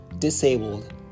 disabled